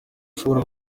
ashobora